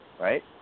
right